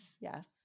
yes